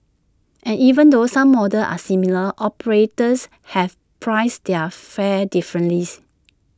and even though some models are similar operators have priced their fares differently